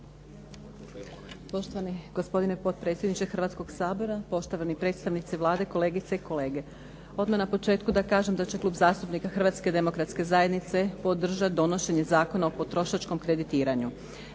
Poštovani gospodine potpredsjedniče Hrvatskog sabora, poštovani predstavnici Vlade, kolegice i kolege. Odmah na početku da kažem da će Klub zastupnika Hrvatske demokratske zajednice podržati donošenje Zakona o potrošačkom kreditiranju.